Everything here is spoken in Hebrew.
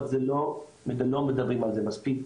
אבל לא מדברים על זה מספיק,